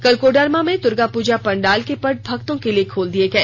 कल कोडरमा में दुर्गापूजा पंडाल के पट भक्तों के लिए खोल दिए गए